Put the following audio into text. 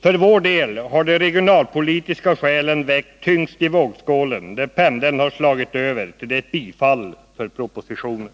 För vår del har de regionalpolitiska skälen vägt tyngst i vågskålen när pendeln har slagit över till ett bifall för propositionen.